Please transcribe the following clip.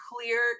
clear